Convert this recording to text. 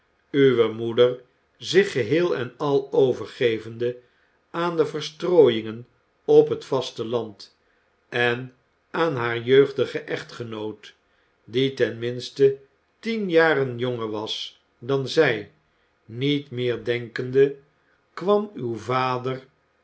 uwe moeder zich geheel en al overgevende aan de verstrooiingen op het vasteland en aan haar jeugdigen echtgenoot die ten minste tien jaren jonger was dan zij niet meer denkende kwam uw vader